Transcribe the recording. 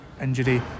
injury